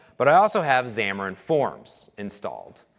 but i also have xamarin forms installed.